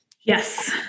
Yes